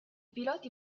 piloti